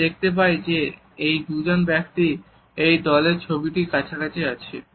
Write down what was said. আমরা দেখতে পাই যে এই দুজন ব্যক্তি এই দলের ছবিটিতে কাছাকাছি আছে